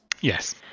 Yes